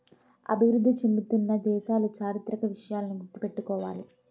అభివృద్ధి చెందుతున్న దేశాలు చారిత్రక విషయాలను గుర్తు పెట్టుకోవాలి